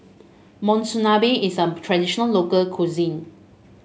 monsunabe is a traditional local cuisine